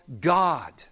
God